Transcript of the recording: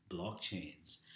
blockchains